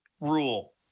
rule